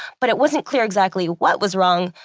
but it wasn't clear exactly what was wrong,